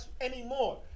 anymore